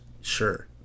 Sure